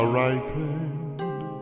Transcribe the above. ripened